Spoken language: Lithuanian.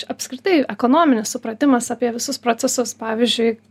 apskritai ekonominis supratimas apie visus procesus pavyzdžiui